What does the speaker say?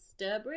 Sturbridge